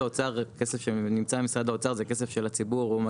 כסף שנמצא במשרד האוצר זה כסף של הציבור.